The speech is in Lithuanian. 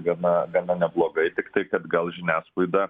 gana gana neblogai tiktai kad gal žiniasklaida